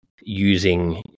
using